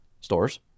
stores